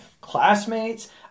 classmates